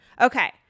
Okay